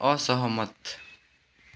असहमत